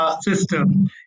system